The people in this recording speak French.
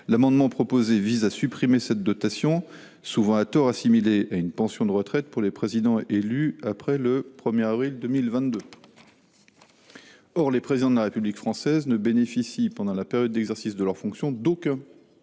amendement vise à supprimer cette dotation, souvent assimilée à tort à une pension de retraite pour les présidents élus après le 1 avril 2022. Or les présidents de la République française ne bénéficient, pendant la période d’exercice de leur fonction, d’aucun